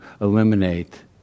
eliminate